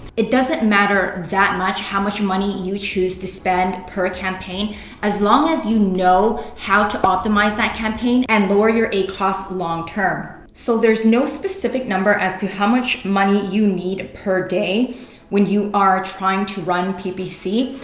it doesn't matter that much how much money you choose to spend per campaign as long as you know how to optimize that campaign and lower your acos long term. so there's no specific number as to how much money you need per day when you are trying to run ppc.